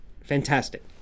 Fantastic